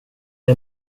det